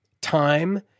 time